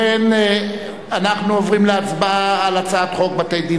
אנחנו עוברים להצבעה על הצעת חוק בתי-דין